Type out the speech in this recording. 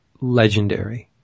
legendary